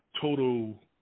total